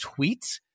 tweets